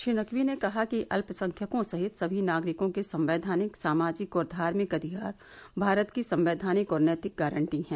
श्री नकवी ने कहा कि अल्पसंख्यकों सहित सभी नागरिकों के संवैधानिक सामाजिक और धार्मिक अधिकार भारत की संवैधानिक और नैतिक गारंटी है